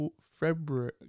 February